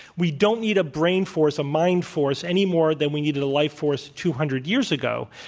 we don't need a brain force, a mind force any more than we needed a life force two hundred years ago.